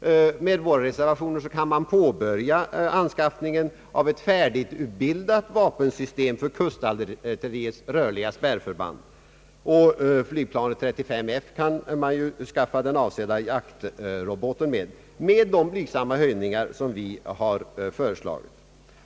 Enligt våra reservationer kan man påbörja upprättandet av ett färdigbildat vapensystem för kustartilleriets rörliga spärrförband. Till flygplan 35 F kan man skaffa den avsedda jaktroboten med de blygsamma höjningar som vi har föreslagit.